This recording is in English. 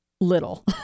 Little